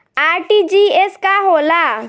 RTGS का होला?